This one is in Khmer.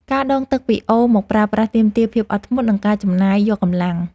ការដងទឹកពីអូរមកប្រើប្រាស់ទាមទារភាពអត់ធ្មត់ និងការចំណាយកម្លាំង។